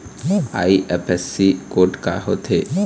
IFSC code का होथे?